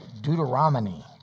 Deuteronomy